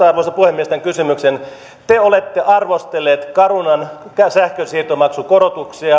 arvoisa puhemies tämän kysymyksen te olette arvostellut carunan sähkönsiirtomaksukorotuksia